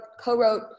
co-wrote